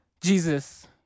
Jesus